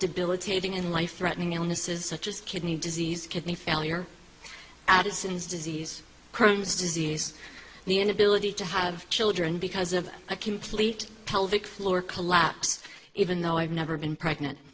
debilitating and life threatening illnesses such as kidney disease kidney failure addison's disease crones disease the inability to have children because of a complete pelvic floor collapse even though i have never been pregnant